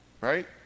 right